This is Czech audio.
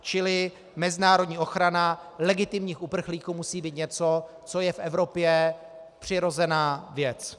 Čili mezinárodní ochrana legitimních uprchlíků musí být něco, co je v Evropě přirozená věc.